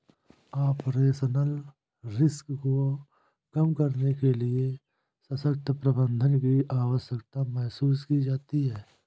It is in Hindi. ऑपरेशनल रिस्क को कम करने के लिए सशक्त प्रबंधन की आवश्यकता महसूस की जाती है